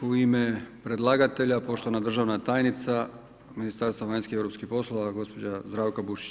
U ime predlagatelja, poštovana državna tajnica Ministarstva vanjskih europskih poslova, gospođa Zdravka Bušić.